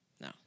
no